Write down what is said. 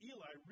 Eli